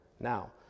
Now